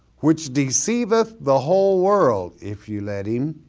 which deceiveth the whole world, if you let him,